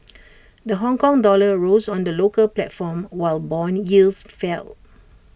the Hongkong dollar rose on the local platform while Bond yields fell